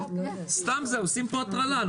סתם עושים פה הטרלה.